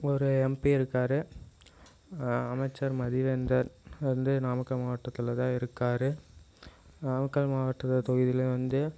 ஒரு எம்பி இருக்காரு அமைச்சர் மதிவேந்தன் வந்து நாமக்கல் மாவட்டத்தில்தான் இருக்கார் நாமக்கல் மாவட்ட தொகுதியில் வந்து